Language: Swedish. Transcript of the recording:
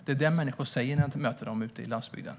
Det är detta som människor på landsbygden säger när jag möter dem.